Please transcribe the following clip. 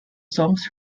songs